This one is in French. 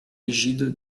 rigide